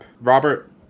Robert